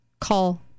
call